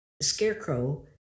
Scarecrow